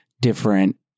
different